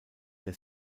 der